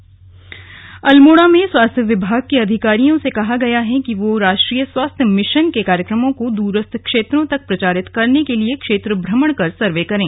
स्वास्थ्य अल्मोड़ा में स्वास्थ्य विभाग के अधिकारियों से कहा गया है कि वे राष्ट्रीय स्वास्थ्य मिशन के कार्यक्रमों को दूरस्थ क्षेत्रों तक प्रचारित करने के लिए क्षेत्र भ्रमण कर सर्वे करें